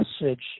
message